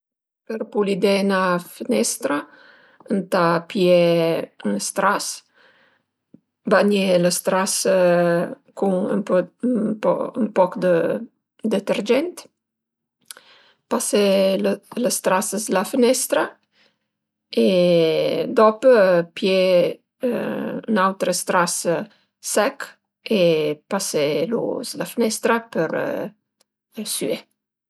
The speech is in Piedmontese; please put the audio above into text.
Për pulidé 'na fnestra ën pìé ën stras, bagné lë stras cun ën po dë detergent, pasé lë stras s'la fnestra e dop pìé 'n'autre stras sech e paselu s'la fnestra për süè